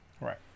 Right